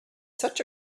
such